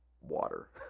water